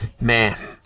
Man